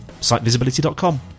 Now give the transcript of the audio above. SiteVisibility.com